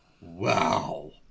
wow